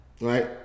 right